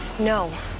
No